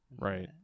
Right